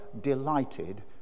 delighted